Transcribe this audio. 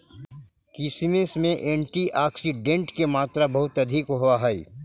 किशमिश में एंटीऑक्सीडेंट के मात्रा बहुत अधिक होवऽ हइ